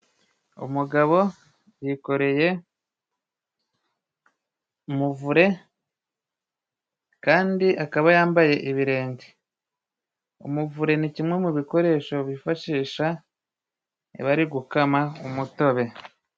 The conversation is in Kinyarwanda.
Umugabo yikoreye umuvure, kandi akaba yambaye ibirenge. Umuvure ni kimwe mu bikoresho bifashisha, bari gukama umutobe.